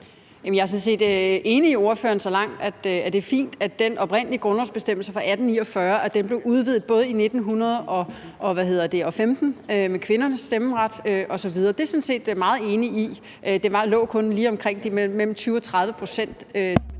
set enig med ordføreren så langt, at det er fint, at den oprindelige grundlovsbestemmelse fra 1849 blev udvidet i 1915 med kvindernes stemmeret osv. Det er jeg sådan set meget enig i. Det lå kun lige omkring de mellem 20 og 30 pct.